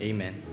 Amen